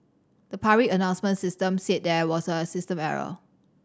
the public announcement system said there was a system error